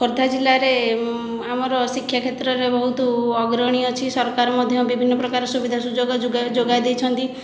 ଖୋର୍ଦ୍ଧା ଜିଲ୍ଲାରେ ଆମର ଶିକ୍ଷା କ୍ଷେତ୍ରରେ ବହୁତ ଅଗ୍ରଣୀ ଅଛି ସରକାର ମଧ୍ୟ ବିଭିନ୍ନ ପ୍ରକାର ସୁବିଧା ସୁଯୋଗ ଯୋଗାଇ ଯୋଗାଇ ଦେଇଛନ୍ତି